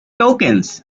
tokens